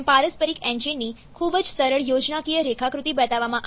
જેમ પારસ્પરિક એન્જિન ની ખૂબ જ સરળ યોજનાકીય રેખાકૃતિ બતાવવામાં આવી છે